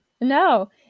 No